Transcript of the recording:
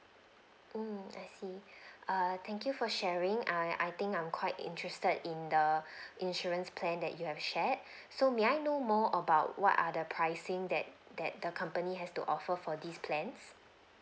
mm I see err thank you for sharing I I think I'm quite interested in the insurance plan that you have shared so may I know more about what are the pricing that that the company has to offer for these plans